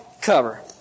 cover